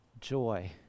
joy